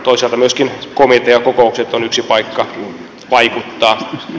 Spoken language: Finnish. toisaalta myöskin komiteakokoukset ovat yksi paikka vaikuttaa